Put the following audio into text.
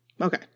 okay